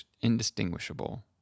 indistinguishable